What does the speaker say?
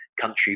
country